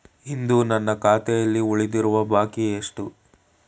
ಇಂದು ನನ್ನ ಖಾತೆಯಲ್ಲಿ ಉಳಿದಿರುವ ಬಾಕಿ ಎಷ್ಟು?